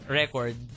record